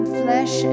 flesh